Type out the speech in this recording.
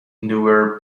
newer